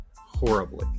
horribly